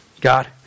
God